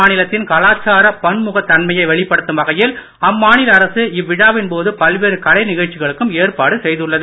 மாநிலத்தின் கலாச்சார பன்முகத்தன்மையை வெளிப்படுத்தும் வகையில் அம்மாநில அரசு இவ்விழாவின் போது பல்வேறு கலை நிகழ்ச்சிகளுக்கும் ஏற்பாடு செய்துள்ளது